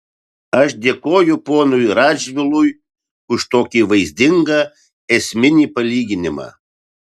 aš dėkoju ponui radžvilui už tokį vaizdingą esminį palyginimą